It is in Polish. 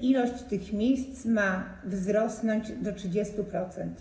liczba tych miejsc ma wzrosnąć do 30%.